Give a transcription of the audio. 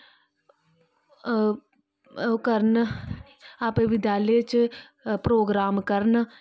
हां ओह् करन आपे बिद्लयालय च प्रोग्राम करन